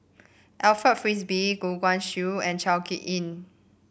Alfred Frisby Goh Guan Siew and Chao HicK Tin